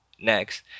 next